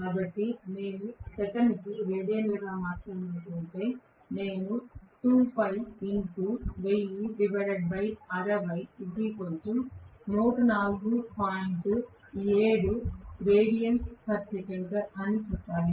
కాబట్టి నేను సెకనుకు రేడియన్లుగా మార్చాలనుకుంటే నేను చెప్పాలి